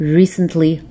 recently